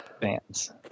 fans